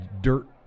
dirt